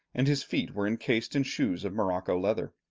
and his feet were encased in shoes of morocco leather.